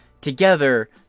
Together